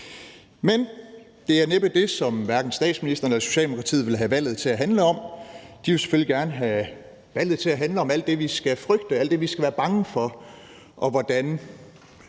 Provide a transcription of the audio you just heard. Men det er næppe det, som hverken statsministeren eller Socialdemokratiet vil have valget til at handle om. De vil selvfølgelig gerne have valget til at handle om alt det, vi skal frygte, alt det, vi skal være bange for, og om, hvordan